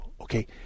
Okay